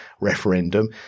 referendum